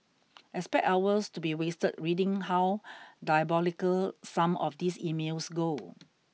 expect hours to be wasted reading how diabolical some of these emails go